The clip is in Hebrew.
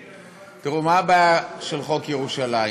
תראו, מה הבעיה של חוק ירושלים?